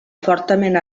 fortament